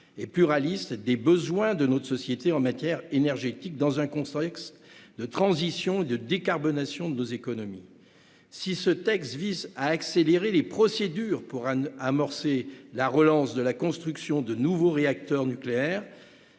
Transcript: et pluraliste des besoins de notre société en matière énergétique, dans un contexte de transition et de décarbonation de notre économie. Ce texte qui vise à accélérer les procédures pour amorcer la relance de la construction de nouveaux réacteurs nucléaires